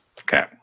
Okay